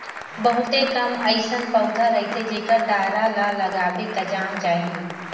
बहुते कम अइसन पउधा रहिथे जेखर डारा ल लगाबे त जाम जाही